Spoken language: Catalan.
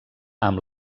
amb